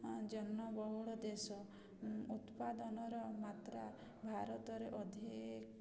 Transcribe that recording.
ଜନବହୁଳ ଦେଶ ଉତ୍ପାଦନର ମାତ୍ରା ଭାରତରେ ଅଧିକ